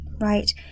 right